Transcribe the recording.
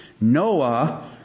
Noah